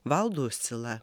valdu uscila